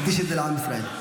מקדיש את זה לעם ישראל.